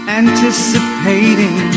anticipating